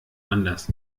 anders